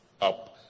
up